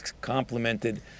complemented